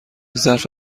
ظرف